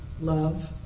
love